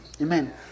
Amen